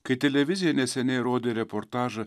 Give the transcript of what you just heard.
kai televizija neseniai rodė reportažą